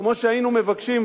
כמו שהיינו מבקשים,